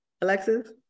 Alexis